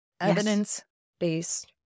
evidence-based